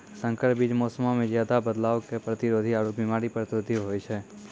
संकर बीज मौसमो मे ज्यादे बदलाव के प्रतिरोधी आरु बिमारी प्रतिरोधी होय छै